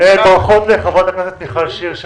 הישיבה